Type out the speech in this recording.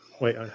Wait